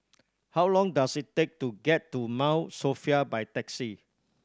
how long does it take to get to Mount Sophia by taxi